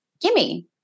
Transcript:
Gimme